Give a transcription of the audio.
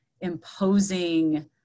imposing